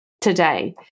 today